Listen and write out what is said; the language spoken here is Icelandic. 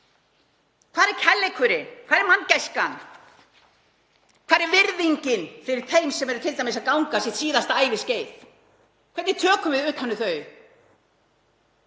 Hvar er kærleikurinn og manngæskan? Hvar er virðingin fyrir þeim sem eru að ganga sitt síðasta æviskeið? Hvernig tökum við utan um